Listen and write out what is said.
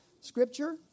scripture